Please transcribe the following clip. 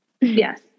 Yes